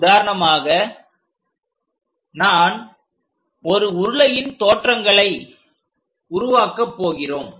உதாரணமாக நான் ஒரு உருளையின் தோற்றங்களை உருவாக்கப் போகிறோம்